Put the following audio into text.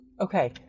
Okay